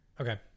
okay